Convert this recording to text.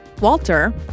Walter